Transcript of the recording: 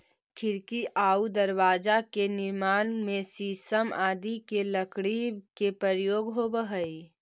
खिड़की आउ दरवाजा के निर्माण में शीशम आदि के लकड़ी के प्रयोग होवऽ हइ